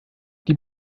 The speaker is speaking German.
die